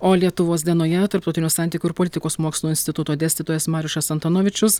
o lietuvos dienoje tarptautinių santykių ir politikos mokslų instituto dėstytojas marijušas antanovičius